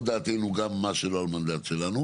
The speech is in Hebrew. את דעתנו גם על מה שהוא לא במנדט שלנו.